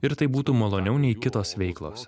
ir tai būtų maloniau nei kitos veiklos